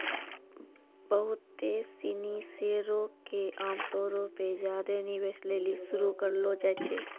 बहुते सिनी शेयरो के आमतौरो पे ज्यादे निवेश लेली शुरू करलो जाय छै